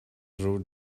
drown